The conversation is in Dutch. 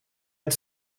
het